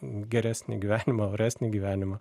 geresnį gyvenimą oresnį gyvenimą